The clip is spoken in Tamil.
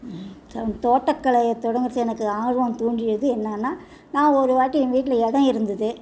த தோட்டக்கலையை தொடங்கறதுக்கு எனக்கு ஆர்வம் தூண்டியது என்னான்னா நான் ஒருவாட்டி எங்கள் வீட்டில் இடம் இருந்தது